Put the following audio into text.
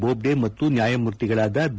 ಬೋಬ್ಡೆ ಮತ್ತು ನ್ಯಾಯಮೂರ್ತಿಗಳಾದ ಬಿ